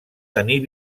tenir